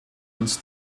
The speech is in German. uns